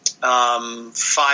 Five